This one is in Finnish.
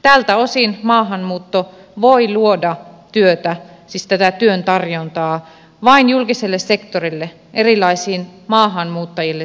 tältä osin maahanmuutto voi luoda työtä siis tätä työn tarjontaa vain julkiselle sektorille erilaisiin maahanmuuttajille